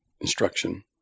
instruction